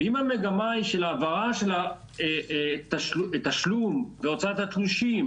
ואם המגמה היא של העברה של תשלום והוצאת התלושים